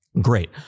Great